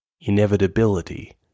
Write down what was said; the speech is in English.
inevitability